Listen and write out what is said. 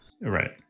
right